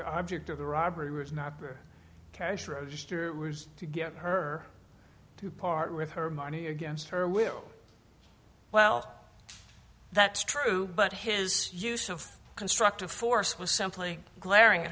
the object of the robbery was not cash register a ruse to get her to part with her money against her will well that's true but his use of constructive force was simply glaring